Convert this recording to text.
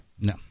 No